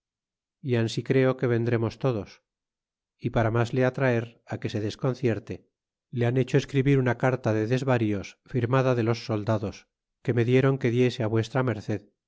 y ansi creo que vendremos todos y para mas le atraer que se desconcierte le han hecho escribir una carta de desvarios firmada de los soldados que me diéron que diese a v merced